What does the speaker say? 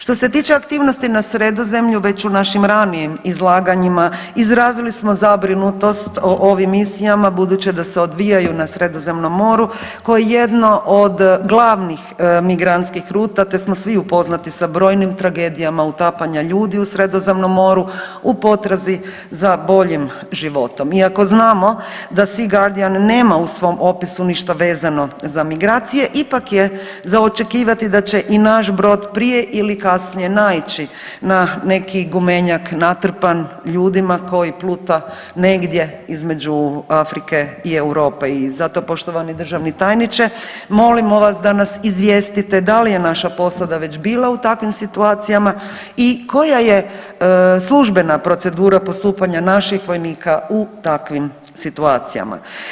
Što se tiče aktivnosti na Sredozemlju već u našim ranijim izlaganjima izrazili smo zabrinutost o ovim misijama budući da se odvijaju na Sredozemnom moru koje je jedno od glavnih migrantskih ruta, te smo svi upoznati sa brojnim tragedijama utapanja ljudi u Sredozemnom moru u potrazi za boljim životom iako znamo da „SEA GUARDIAN“ nema u svom opisu ništa vezano za migracije ipak je za očekivati da će i naš brod prije ili kasnije naići na neki gumenjak natrpan ljudima koji pluta negdje između Afrike i Europe i zato poštovani državni tajniče molimo vas da nas izvijestite da li je naša posada već bila u takvim situacijama i koja je službena procedura postupanja naših vojnika u takvim situcijama.